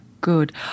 good